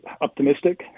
optimistic